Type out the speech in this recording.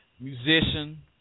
musician